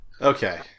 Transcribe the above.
Okay